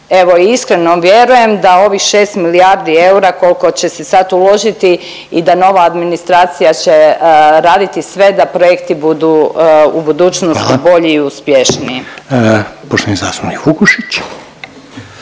evo i iskreno vjerujem da ovih 6 milijardi eura koliko će se sad uložiti i da nova administracija će raditi sve da projekti budu u budućnosti bolji i uspješniji. **Reiner,